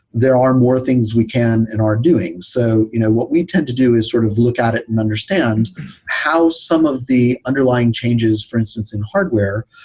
there are more things we can and are doing. so you know what we tend to do is sort of look at it and understand how some of the underlying changes, for instance, in hardware,